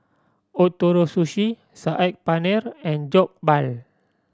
Ootoro Sushi Saag Paneer and Jokbal